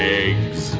eggs